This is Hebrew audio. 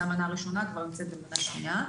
במנה ראשונה שכבר נמצאת במנה שנייה.